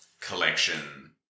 collection